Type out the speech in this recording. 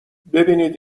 ببینید